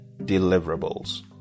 deliverables